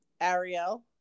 Ariel